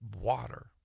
water